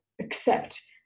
accept